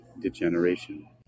degeneration